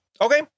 Okay